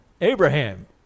Abraham